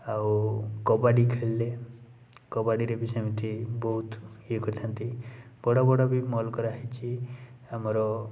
ଆଉ କବାଡ଼ି ଖେଳିଲେ କବାଡ଼ିରେ ବି ସେମିତି ବହୁତ ଇଏ କରିଥାନ୍ତି ବଡ଼ ବଡ଼ ବି ମଲ୍ କରାହେଇଛି ଆମର